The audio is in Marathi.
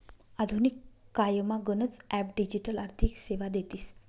आधुनिक कायमा गनच ॲप डिजिटल आर्थिक सेवा देतीस